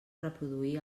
reproduir